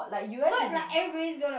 so like everybody's gonna